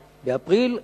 באפריל,